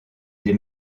des